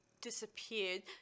disappeared